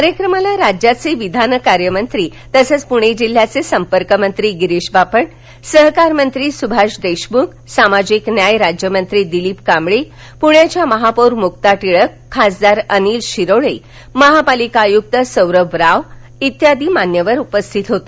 कार्यक्रमाला राज्याचे विधान कार्यमंत्री तसंच पुणे जिल्ह्याचे संपर्क मंत्री गिरीश बापट सहकारमंत्री सुभाष देशमुख सामाजिक न्याय राज्यमंत्री दिलीप कांबळे पुण्याच्या महापौर मुक्ता टिळक खासदार अनिल शिरोळे महापालिका आयुक्त सौरभ राव आदी मान्यवर उपस्थित होते